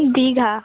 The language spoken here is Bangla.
দীঘা